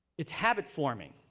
it's habit forming.